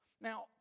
Now